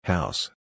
House